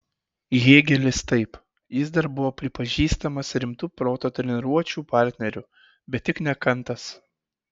hėgelis taip jis dar buvo pripažįstamas rimtu proto treniruočių partneriu bet tik ne kantas